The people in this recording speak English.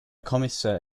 commissaire